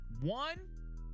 one